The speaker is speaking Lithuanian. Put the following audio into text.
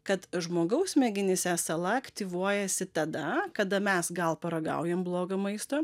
kad žmogaus smegenyse sala aktyvuojasi tada kada mes gal paragaujam blogo maisto